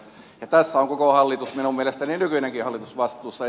ja tästä on koko hallitus minun mielestäni nykyinenkin hallitus vastuussa